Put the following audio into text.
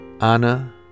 Anna